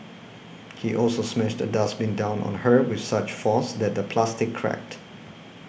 he also smashed a dustbin down on her with such force that the plastic cracked